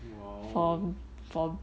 !wow!